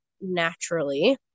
naturally